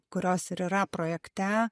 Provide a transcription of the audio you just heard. kurios ir yra projekte